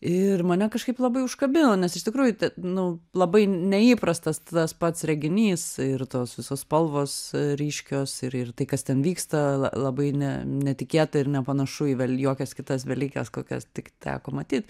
ir mane kažkaip labai užkabino nes iš tikrųjų te nu labai neįprastas tas pats reginys ir tos visos spalvos ryškios ir ir tai kas ten vyksta la labai ne netikėta ir nepanašu į vel jokias kitas velykas kokias tik teko matyt